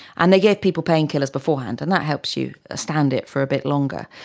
and they gave people painkillers beforehand and that helps you stand it for a bit longer.